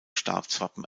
staatswappen